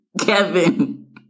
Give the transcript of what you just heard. Kevin